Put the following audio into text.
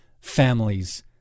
families